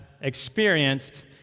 experienced